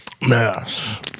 Yes